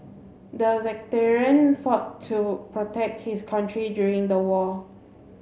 the veteran fought to protect his country during the war